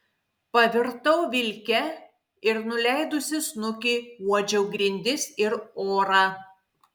pavirtau vilke ir nuleidusi snukį uodžiau grindis ir orą